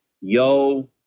yo